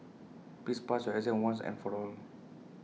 please pass your exam once and for all